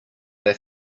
they